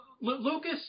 Lucas